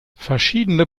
verschiedene